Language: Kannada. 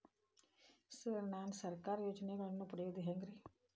ಸರ್ ನಾನು ಸರ್ಕಾರ ಯೋಜೆನೆಗಳನ್ನು ಪಡೆಯುವುದು ಹೆಂಗ್ರಿ?